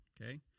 okay